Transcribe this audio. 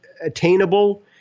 attainable